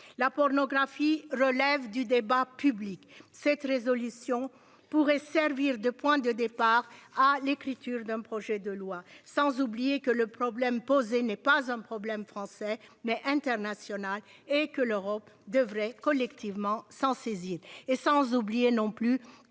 La pornographie relève du débat public. Cette résolution pourrait servir de point de départ à l'écriture d'un projet de loi. Sans oublier que le problème posé n'est pas un problème français mais international et que l'Europe devrait collectivement s'en saisir et sans oublier non plus